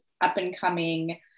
up-and-coming